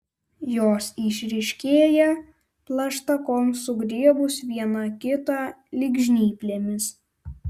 jos išryškėja plaštakoms sugriebus viena kitą lyg žnyplėmis